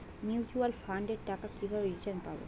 Mutual ফান্ডের টাকা কিভাবে রিটার্ন পাব?